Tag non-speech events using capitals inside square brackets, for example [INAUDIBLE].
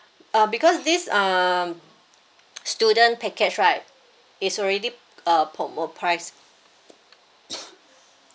uh because this um [NOISE] student package right is already uh promo price [COUGHS]